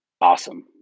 awesome